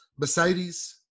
Mercedes